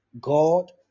God